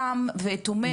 חם ותומך.